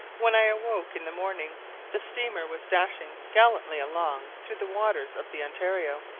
when i awoke in the morning the steamer was dashing gallantly along through the waters of the ontario,